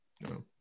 No